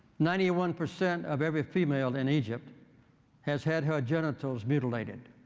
ninety one percent of every female in egypt has had her genitals mutilated